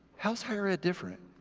how's higher ed different?